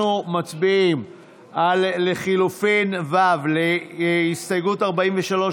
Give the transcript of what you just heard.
אנחנו מצביעים על לחלופין ו' להסתייגות 43,